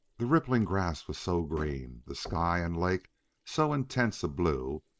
the rippling grass was so green, the sky and lake so intense a blue,